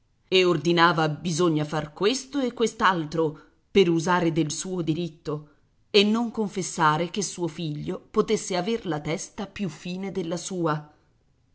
e ordinava bisogna far questo e quest'altro per usare del suo diritto e non confessare che suo figlio potesse aver la testa più fine della sua